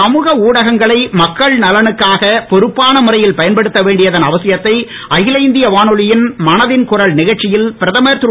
சமூக ஊடகங்களை மக்கள் நலனுக்காக பொருப்பான முறையில் பயன்படுத்த வேண்டியதன் அவசியத்தை அகில இந்திய வானொலியின் மனதின் குரல் நிகழ்ச்சியில் பிரதமர் திரு